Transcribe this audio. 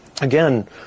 again